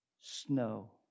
snow